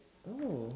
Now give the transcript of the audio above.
oh